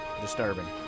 disturbing